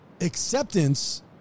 acceptance